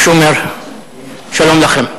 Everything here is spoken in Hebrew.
שלום לכם.